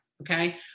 Okay